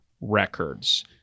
records